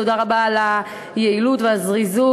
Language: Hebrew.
תודה רבה על היעילות והזריזות,